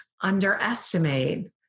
underestimate